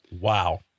Wow